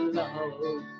love